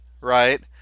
right